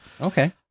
Okay